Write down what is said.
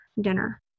dinner